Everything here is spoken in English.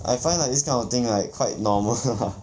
I find like this kind of thing like quite normal lah